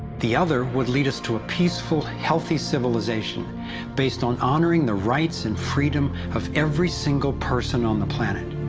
the other would lead us to a peaceful, healthy civilization based on honoring the rights and freedom of every single person on the planet.